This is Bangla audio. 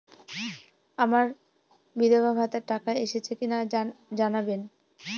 আমার বিধবাভাতার টাকা এসেছে কিনা জানাবেন?